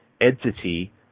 entity